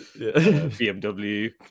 BMW